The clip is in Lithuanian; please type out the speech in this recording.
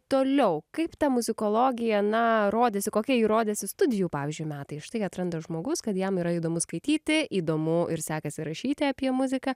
toliau kaip ta muzikologija na rodėsi kokia ji rodėsi studijų pavyzdžiui metai štai atranda žmogus kad jam yra įdomu skaityti įdomu ir sekasi rašyti apie muziką